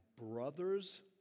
brother's